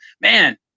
Man